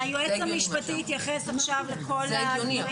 היועץ המשפטי יתייחס עכשיו לכל הדברים